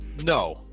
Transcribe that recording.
no